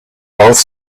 both